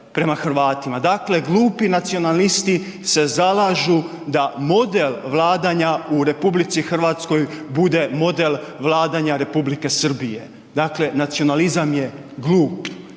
Dakle glupi nacionalisti se zalažu da model vladanja u RH bude model vladanje Republike Srbije, dakle nacionalizam je glup.